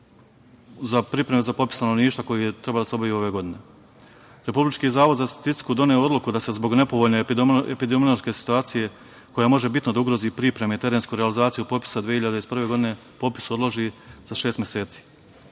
pripreme za popis stanovništva koji treba da se obavi ove godine. Republički zavod za statistiku doneo je odluku da se zbog nepovoljne epidemiološke situacije, koja može bitno da ugrozi pripreme i terensku realizaciju popisa 2021. godine, popis odloži za šest